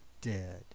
dead